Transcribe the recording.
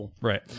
Right